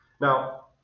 Now